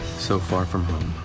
so far from home.